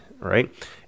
right